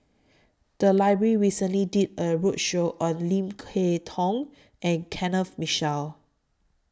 The Library recently did A roadshow on Lim Kay Tong and Kenneth Mitchell